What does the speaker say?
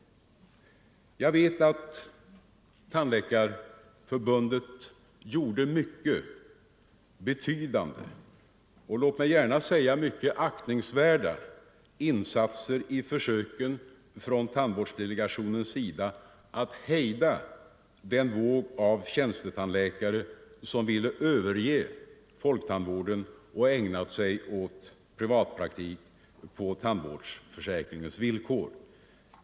Jag vet att Tandläkarförbundet gjorde mycket betydande och låt mig gärna säga mycket aktningsvärda insatser i försöken från tandvårdsdelegationens sida att hejda den våg av tjänstetandläkare som ville överge folktandvården och ägna sig åt privatpraktik på tandvårdsförsäkringens villkor.